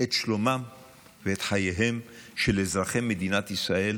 את שלומם ואת חייהם של אזרחי מדינת ישראל,